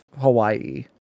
Hawaii